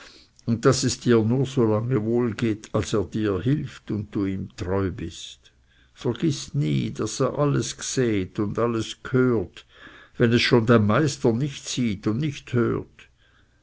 und daß es dir nur so lange wohl geht als er dir hilft und du ihm treu bist vergiß nie daß er alles gseht und alles ghört wenn es schon dein meister nicht sieht und nicht hört